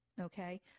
okay